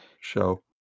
show